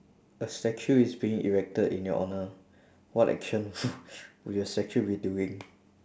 a statue is being erected in your honour what action will your statue be doing